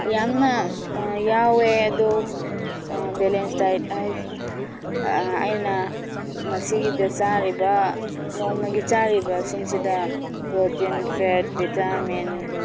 ꯌꯥꯝꯅ ꯌꯥꯎꯋꯦ ꯑꯗꯨ ꯕꯦꯂꯦꯟꯁ ꯗꯥꯏꯠ ꯍꯥꯏꯁꯦ ꯑꯩꯅ ꯉꯁꯤꯒꯤꯗ ꯆꯥꯔꯤꯕ ꯅꯣꯡꯃꯒꯤ ꯆꯥꯔꯤꯕꯁꯤꯡꯁꯤꯗ ꯄ꯭ꯔꯣꯇꯤꯟ ꯐꯦꯠ ꯚꯤꯇꯥꯃꯤꯟ